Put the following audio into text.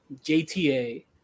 JTA